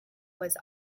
was